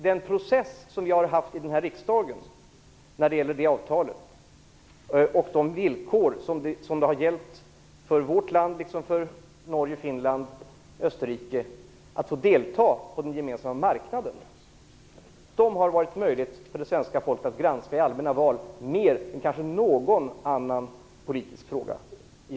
Den process som vi har haft i den här riksdagen när det gäller det avtalet och de villkor som har gällt för vårt land, liksom för Norge, Finland och Österrike, för att få delta på den gemensamma marknaden har svenska folket egentligen kunnat granska i allmänna val mer än kanske någon annan politisk fråga.